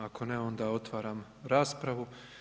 Ako ne, onda otvaram raspravu.